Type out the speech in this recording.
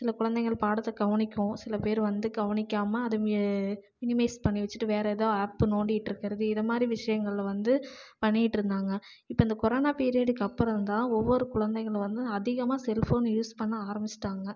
சில குழந்தைங்கள் பாடத்தை கவனிக்கும் சில பேர் வந்து கவனிக்காமல் அதை மெ மினிமைஸ் பண்ணி வச்சிட்டு வேற ஏதோ ஆப்பு நோண்டிகிட்ருக்குறது இதைமாரி விஷயங்கள்ல வந்து பண்ணிகிட்டிருந்தாங்க இப்போ இந்த கொரோனா பீரியடுக்கு அப்புறந்தான் ஒவ்வொரு குழந்தைகளும் வந்து அதிகமாக செல்ஃபோன் யூஸ் பண்ண ஆரமிச்சிட்டாங்க